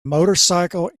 motorcycle